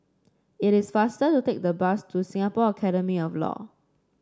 it is faster to take the bus to Singapore Academy of Law